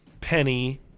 penny